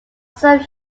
some